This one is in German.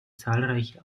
zahlreiche